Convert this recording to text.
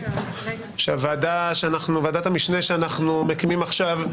שוועדת המשנה שאנחנו מקימים עכשיו,